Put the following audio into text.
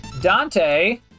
Dante